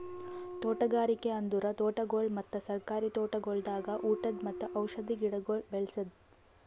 ತೋಟಗಾರಿಕೆ ಅಂದುರ್ ತೋಟಗೊಳ್ ಮತ್ತ ಸರ್ಕಾರಿ ತೋಟಗೊಳ್ದಾಗ್ ಉಟದ್ ಮತ್ತ ಔಷಧಿ ಗಿಡಗೊಳ್ ಬೇಳಸದ್